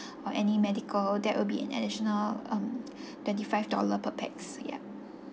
or any medical that will be an additional um twenty five dollar per pax yup